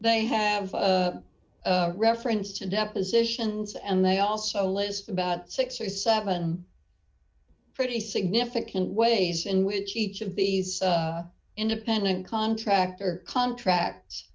they have reference to depositions and they also list about six or seven pretty significant ways in which each of these independent contractor contracts